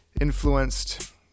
influenced